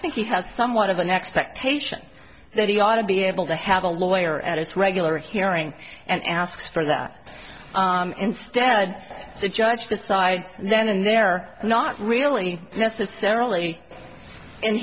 think he has somewhat of an expectation that he ought to be able to have a lawyer at its regular hearing and ask for that instead the judge decides then and there not really necessarily in